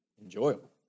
enjoyable